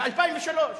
ב-2003,